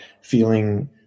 feeling